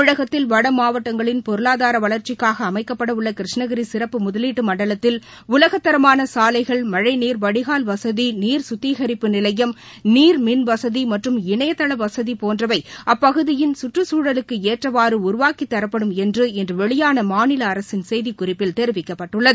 தமிழகத்தில் வட மாவட்டங்களின் பொருளாதார வளர்ச்சிக்காக அமைக்கப்படவுள்ள கிருஷ்ணகிரி சிறப்பு முதலீட்டு மண்டலத்தில் உலகத்தரமான சாலைகள் மழைநீர் வடிகால் வசதி நீர் சுத்திகரிப்பு நிலையம் நீர் மின்வசதி மற்றம் இணையதள வசதி போன்றவை அப்பகுதியில் சுற்றச்சூழலுக்கு ஏற்றவாறு உருவாக்கித் தரப்படும் என்று இன்று வெளியான மாநில அரசின் செய்திக்குறிப்பில் தெரிவிக்கப்பட்டுள்ளது